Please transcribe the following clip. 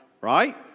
Right